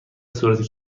صورت